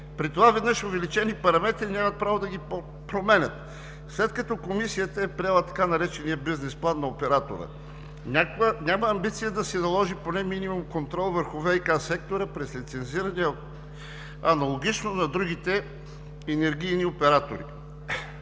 при това веднъж увеличени параметри, нямат право да ги променят, след като Комисията е приела така наречения бизнес план на оператора. Няма амбиция да се наложи поне минимум контрол върху ВиК сектора през лицензирания аналогично на другите енергийни оператори.